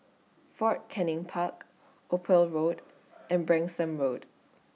Fort Canning Park Ophir Road and Branksome Road